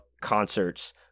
concerts